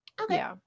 Okay